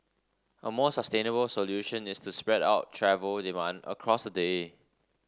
a more sustainable solution is to spread out travel demand across the day